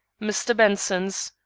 mr. benson's.